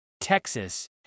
Texas